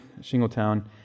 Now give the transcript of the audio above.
Shingletown